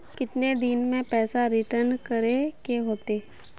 कितने दिन में पैसा रिटर्न करे के होते?